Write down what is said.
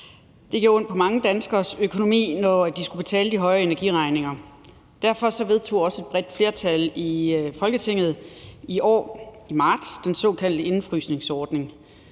Det gjorde ondt på mange danskeres økonomi, når de skulle betale de høje energiregninger. Derfor vedtog et bredt flertal i Folketinget i marts i år også den såkaldte indefrysningsordning.